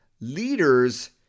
leaders